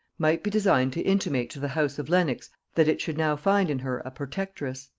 might be designed to intimate to the house of lenox that it should now find in her a protectress,